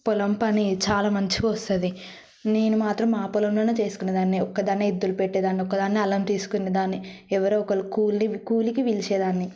పొలం పని చాలా మంచిగా వస్తుంది నేను మాత్రం మా పొలంలోనే చేసుకునే దాన్ని ఒక్కదాన్నే ఎద్దులు పెట్టేదాన్ని ఒక్కదాన్నే అల్లం తీసుకుని దాన్ని ఎవరో ఒకరు కూలి కూలికి పిలిచేదాన్ని